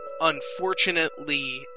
Unfortunately